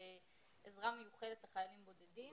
דרך עזרה מיוחדת לחיילים בודדים.